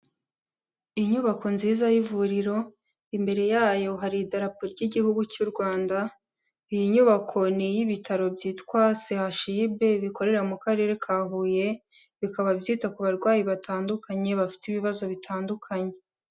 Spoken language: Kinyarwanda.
Inyubako nziza y'ivuriro, imbere yayo hari Idarapo ry'Igihugu cy'u Rwanda, iyi nyubako ni iy'ibitaro byitwa CHUB, bikorera mu karere ka Huye, bikaba byita ku barwayi batandukanye bafite ibibazo bitandukanye.